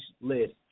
list